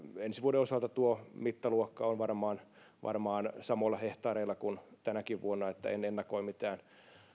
ensi vuoden osalta tuo mittaluokka on varmaan varmaan samoilla hehtaareilla kuin tänäkin vuonna en ennakoi mitään